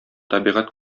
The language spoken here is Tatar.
табигать